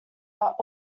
but